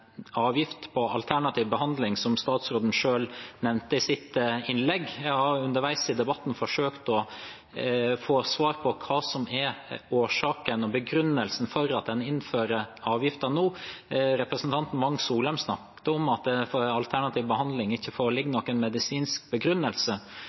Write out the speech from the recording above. statsråden selv nevnte i sitt innlegg. Jeg har underveis i debatten forsøkt å få svar på hva som er årsaken til og begrunnelsen for at en innfører avgiften nå. Representanten Wang Soleim snakket om alternativ behandling der det ikke foreligger